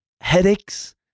headaches